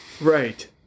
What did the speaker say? Right